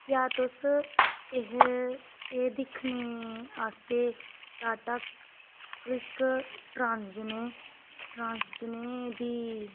क्या तुस एह दिक्खने आस्तै डाटा क्लिक जुनें जुनें दी